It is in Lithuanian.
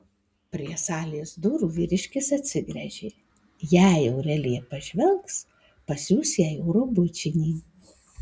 prie salės durų vyriškis atsigręžė jei aurelija pažvelgs pasiųs jai oro bučinį